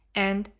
and,